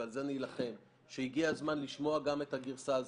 ועל זה אני אלחם שהגיע הזמן לשמוע גם את הגרסה הזאת.